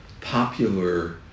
popular